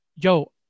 Yo